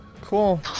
Cool